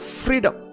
freedom